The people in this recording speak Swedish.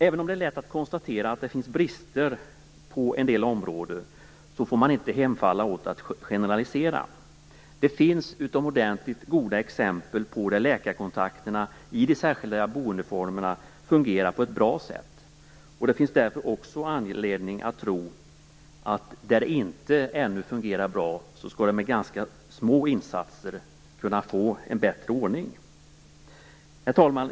Även om det är lätt att konstatera att det finns brister på en del områden, får man inte hemfalla åt att generalisera. Det finns utomordentligt goda exempel där läkarkontakterna i de särskilda boendeformerna fungerar på ett bra sätt. Det finns därför också anledning att tro att det, där det ännu inte fungerar bra, med ganska små insatser skall kunna bli en bättre ordning. Herr talman!